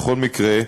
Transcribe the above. בכל מקרה,